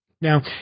Now